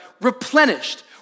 replenished